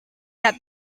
that